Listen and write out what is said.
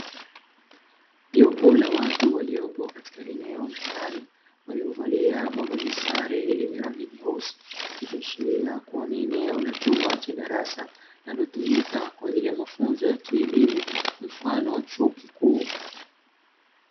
Jopo la watu waliopo katika eneo la ndani walivalia mavazi sare yenye rangi nyeusi ikiashiria kuwa ni eneo la chumba cha darasa, linalotumika kwa ajili ya mafunzo ya kielimu mfano wa chuo kikuu.